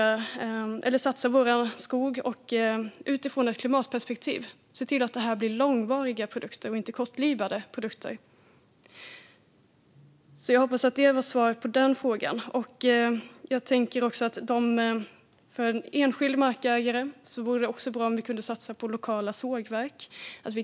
Vi behöver satsa på vår skog utifrån ett klimatperspektiv och se till att det blir långvariga och inte kortlivade produkter. Jag hoppas att det var svaret på den frågan. För en enskild markägare vore det också bra om vi kunde satsa på lokala sågverk.